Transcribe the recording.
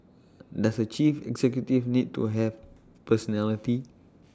does A chief executive need to have personality